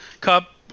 Cup